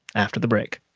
after the break